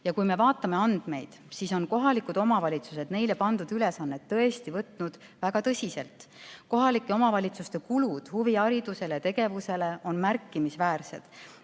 Ja kui me vaatame andmeid, siis näeme, et kohalikud omavalitsused on neile pandud ülesannet tõesti väga tõsiselt võtnud. Kohalike omavalitsuste kulud huviharidusele ja -tegevusele on märkimisväärsed: